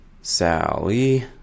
Sally